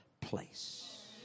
place